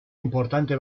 importante